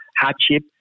hardship